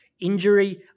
injury